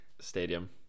stadium